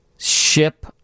Ship